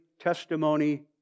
testimony